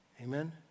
Amen